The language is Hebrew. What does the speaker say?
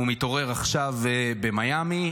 הוא מתעורר עכשיו במיאמי.